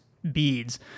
beads